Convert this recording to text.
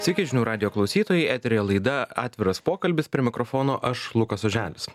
sveiki žinių radijo klausytojai eteryje laida atviras pokalbis prie mikrofono aš lukas oželis